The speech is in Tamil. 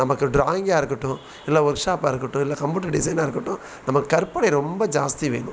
நமக்கு ட்ராயிங்காக இருக்கட்டும் இல்லை ஒர்க் ஷாப்பாக இருக்கட்டும் இல்லை கம்ப்யூட்ரு டிசைனாக இருக்கட்டும் நமக்கு கற்பனை ரொம்ப ஜாஸ்தி வேணும்